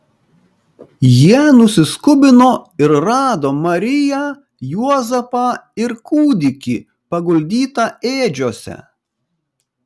jie nusiskubino ir rado mariją juozapą ir kūdikį paguldytą ėdžiose